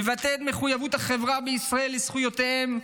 לבטא את מחויבות החברה בישראל לזכויותיהן,